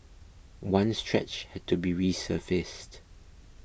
one stretch had to be resurfaced